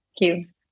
cubes